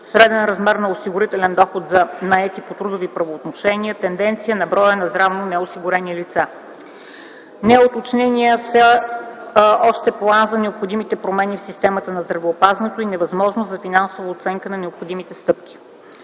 среден размер на осигурителен доход за наетите по трудови правоотношения, тенденция на броя на здравноосигурените лица; - неуточненият все още план за необходимите промени в системата на здравеопазването и невъзможност за финансова оценка на необходимите стъпки;